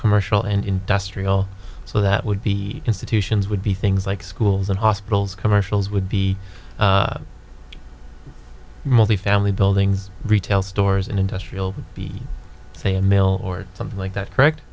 commercial and industrial so that would be institutions would be things like schools and hospitals commercials would be multi family buildings retail stores an industrial say a mill or something like that correct